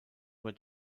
were